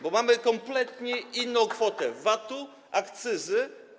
bo mamy kompletnie inną kwotę VAT-u, akcyzy.